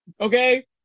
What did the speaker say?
okay